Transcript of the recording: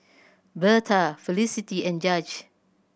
Birtha Felicity and Judge